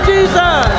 Jesus